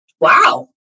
Wow